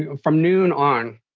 from noon on.